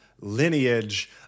lineage